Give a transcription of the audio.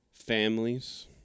families